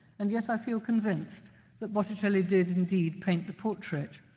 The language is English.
and yet i feel convinced that botticelli did indeed paint the portrait.